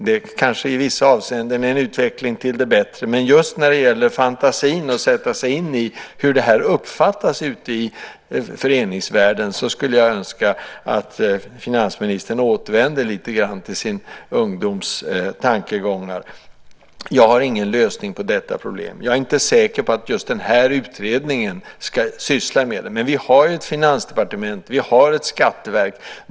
Det kanske i vissa avseenden är en utveckling till det bättre. Men just när det gäller fantasin och att sätta sig in i hur det uppfattas ute i föreningsvärlden skulle jag önska att finansministern återvände lite grann till sin ungdoms tankegångar. Jag har ingen lösning på detta problem. Jag är inte säker på att just den här utredningen ska syssla med det. Vi har ett finansdepartement och ett skatteverk.